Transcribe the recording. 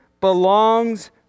belongs